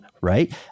right